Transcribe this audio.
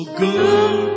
good